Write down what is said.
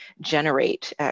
generate